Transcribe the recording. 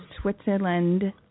Switzerland